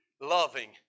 loving